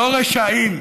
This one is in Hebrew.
לא רשאים,